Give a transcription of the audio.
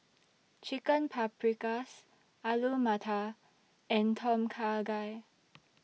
Chicken Paprikas Alu Matar and Tom Kha Gai